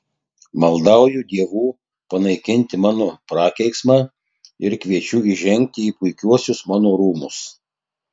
maldauju dievų panaikinti mano prakeiksmą ir kviečiu įžengti į puikiuosius mano rūmus